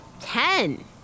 Ten